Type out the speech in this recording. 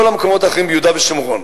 כל המקומות האחרים ביהודה ושומרון,